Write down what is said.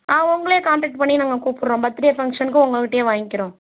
ஆ உங்களையே காண்டெக்ட் பண்ணி நாங்கள் கூப்புடுறோம் பர்த்துடே ஃபங்க்ஷனுக்கும் உங்கள்கிட்டியே வாய்ங்கிகிறோம்